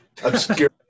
Obscure